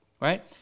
right